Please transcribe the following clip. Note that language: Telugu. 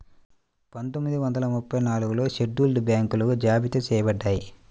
పందొమ్మిది వందల ముప్పై నాలుగులో షెడ్యూల్డ్ బ్యాంకులు జాబితా చెయ్యబడ్డాయి